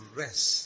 rest